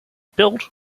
built